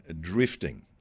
drifting